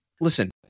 listen